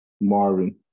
Marvin